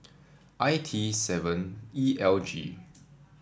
I T seven E L G